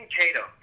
Tatum